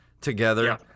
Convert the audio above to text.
together